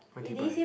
what did you buy